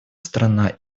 страна